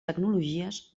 tecnologies